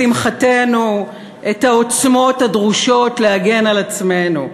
לשמחתנו, העוצמות הדרושות כדי להגן על עצמנו.